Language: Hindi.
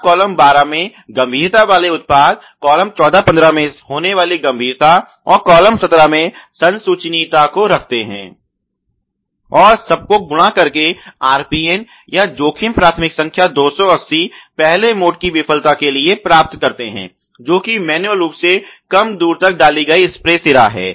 आप कॉलम 12 में गंभीरता वाले उत्पाद कॉलम 1415 में होने वाली गंभीरता और कॉलम 17 में संसूचीयता को रखते हैं और सबको गुणा करके RPN या जोखिम प्राथमिक संख्या 280 पहले मोड की विफलता के लिए प्राप्त करते हैं जो कि मेनुयल रूप से कम दूर तक डाली गयी स्प्रे सिरा है